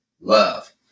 Love